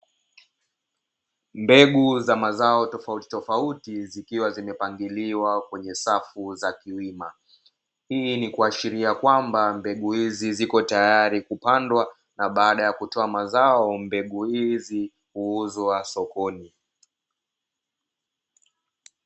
Mbegu za mazao tofautitofauti zikiwa zimepangiliwa kwenye safu za kiwima, hii ni kuashiria kwamba mbegu hizi ziko tayari kupandwa na baada ya kutoa mazao mbegu hizi huuzwa sokoni.